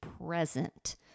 present